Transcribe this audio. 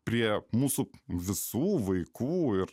prie mūsų visų vaikų ir